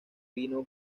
vino